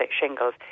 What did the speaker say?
shingles